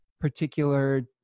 particular